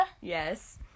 Yes